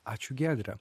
ačiū giedre